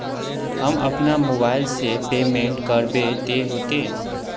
हम अपना मोबाईल से पेमेंट करबे ते होते?